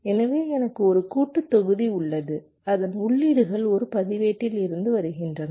எனவே எனக்கு ஒரு கூட்டுத் தொகுதி உள்ளது அதன் உள்ளீடுகள் ஒரு பதிவேட்டில் இருந்து வருகின்றன